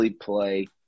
play